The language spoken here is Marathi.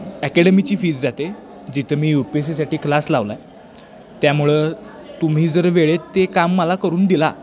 अकॅडमीची फीज जाते जिथं मी यू पी एस सीसाठी क्लास लावला आहे त्यामुळं तुम्ही जर वेळेत ते काम मला करून दिला